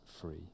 free